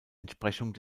entsprechung